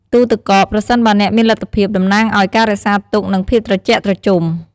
ទូទឹកកក ប្រសិនបើអ្នកមានលទ្ធភាព តំណាងឲ្យ ការរក្សាទុក និង ភាពត្រជាក់ត្រជុំ។